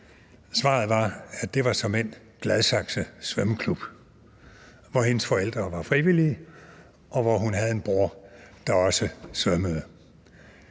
Svaret var: Det var såmænd Gladsaxe Svømmeklub, hvor hendes forældre var frivillige, og hvor hun havde en bror, der også svømmede.